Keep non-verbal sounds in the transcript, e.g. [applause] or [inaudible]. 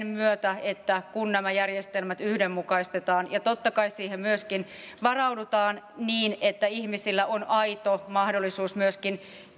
[unintelligible] myötä kun nämä järjestelmät yhdenmukaistetaan ja totta kai siihen myöskin varaudutaan niin että ihmisillä on aito mahdollisuus myöskin